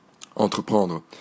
Entreprendre